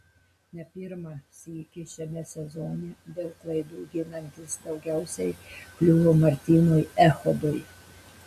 ne pirmą sykį šiame sezone dėl klaidų ginantis daugiausiai kliuvo martynui echodui